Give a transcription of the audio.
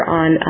on